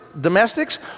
domestics